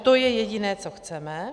To je jediné, co chceme.